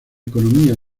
economía